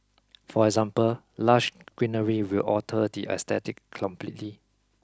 for example lush greenery will alter the aesthetic completely